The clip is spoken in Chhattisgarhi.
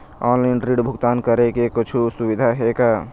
ऑनलाइन ऋण भुगतान करे के कुछू सुविधा हे का?